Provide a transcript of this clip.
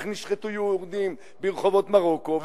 איך נשחטו יהודים ברחובות מרוקו,